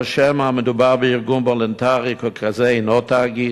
או שמא מדובר בארגון וולונטרי, וככזה אינו תאגיד,